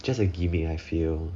just a gimmick I feel